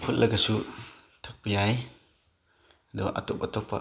ꯐꯨꯠꯂꯒꯁꯨ ꯊꯛꯄ ꯌꯥꯏ ꯑꯗꯣ ꯑꯇꯣꯞ ꯑꯇꯣꯞꯄ